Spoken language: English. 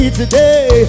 today